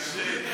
קשה.